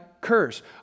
curse